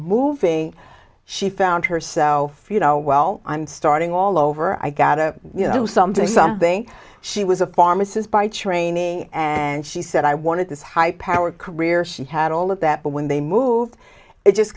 moving she found herself you know well i'm starting all over i got to do something something she was a pharmacist by choice and she said i wanted this high powered career she had all of that but when they moved it just